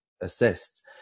assists